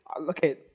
okay